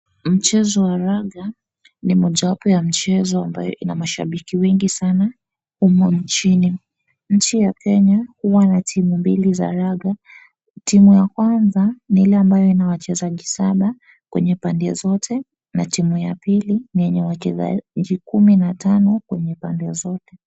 Mchezo wa ranga ni mojawapo ya michezo ambayo inamashambiki wengi sana humu nchini. Nchi ya Kenya huwa na timu mbili za ranga. Timu ya kwanza ni ile ambayo ina wachezaji saba kwenye pande zote na timu ya pili ni yenye wachezaji kumi na tano kwenye pande zote.